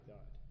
God